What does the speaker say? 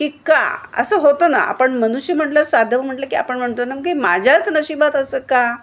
की का असं होतं ना आपण मनुष्य म्हटल्यावर साधव म्हटलं की आपण म्हणतो न की माझ्याच नशीबात असं का